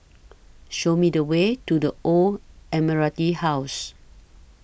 Show Me The Way to The Old Admiralty House